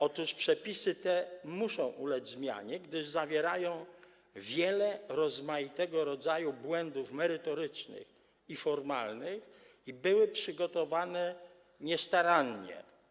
Otóż przepisy te muszą ulec zmianie, gdyż zawierają wiele rozmaitego rodzaju błędów merytorycznych i formalnych i zostały przygotowane niestarannie.